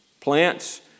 Plants